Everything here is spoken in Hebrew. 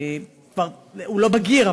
הוא לא בגיר,